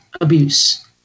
abuse